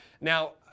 Now